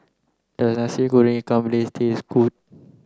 does Nasi Goreng Ikan Bilis taste good